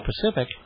Pacific